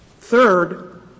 Third